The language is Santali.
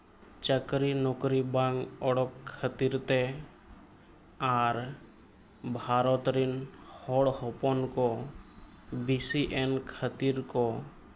ᱪᱟᱠᱨᱤ ᱱᱚᱠᱨᱤ ᱵᱟᱝ ᱩᱰᱩᱠ ᱠᱷᱟᱹᱛᱤᱨ ᱛᱮ ᱟᱨ ᱵᱷᱟᱨᱚᱛ ᱨᱮᱱ ᱦᱚᱲ ᱦᱚᱯᱚᱱ ᱠᱚ ᱵᱮᱹᱥᱤᱭᱮᱱ ᱠᱷᱟᱹᱛᱤᱨ ᱠᱚ